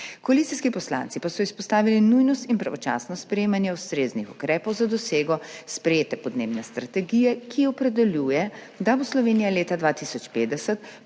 Koalicijski poslanci pa so izpostavili nujnost in pravočasno sprejemanje ustreznih ukrepov za dosego sprejete podnebne strategije, ki opredeljuje, da bo Slovenija leta 2050